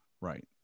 Right